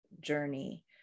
journey